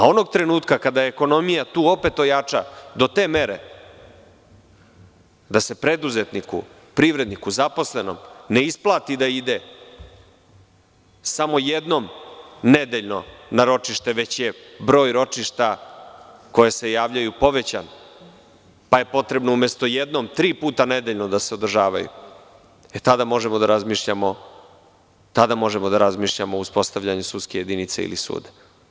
Onog trenutka kada ekonomija tu opet ojača do te mere da se preduzetniku, privredniku, zaposlenom ne isplati da ide samo jednom nedeljno na ročište, već je broj ročišta povećan pa je potrebno umesto jednom, tri puta nedeljno da se održavaju, tada možemo da razmišljamo o uspostavljanju sudske jedinice ili suda.